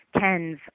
tens